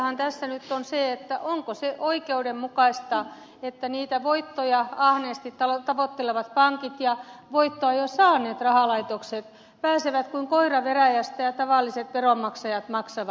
olennaistahan tässä nyt on se onko se oikeudenmukaista että niitä voittoja ahneesti tavoittelevat pankit ja voittoa jo saaneet rahalaitokset pääsevät kuin koira veräjästä ja tavalliset veronmaksajat maksavat